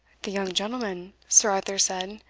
the young gentleman, sir arthur said,